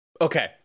Okay